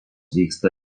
vyksta